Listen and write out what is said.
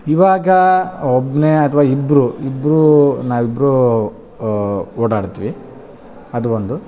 ಇವಾಗ ಒಬ್ಬನೆ ಅಥ್ವ ಇಬ್ಬರು ಇಬ್ಬರು ನಾವಿಬ್ಬರು ಓಡಾಡ್ತಿವಿ ಅದು ಒಂದು